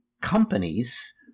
companies